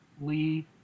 Lee